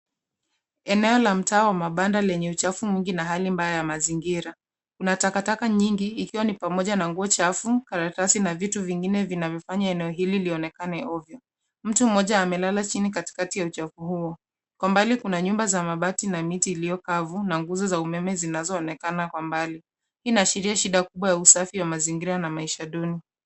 Eneo la mtaa wa mabanda lenye uchafu mwingi na hali mbaya ya mazingira. Kuna takataka nyingi ikiwa ni pamoja na nguo chafu, karatasi na vitu vingine vinavyofanya eneo hili lionekane ovyo. Mtu mmoja amelala chini katikati ya uchafu huo. Kwa mbali kuna nyumba za mabati na miti iliyo kavu na nguzo za umeme zinazoonekana kwa mbali. Hii inaashiria shida kubwa ya usafi wa mazingira na maisha duni.